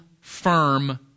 firm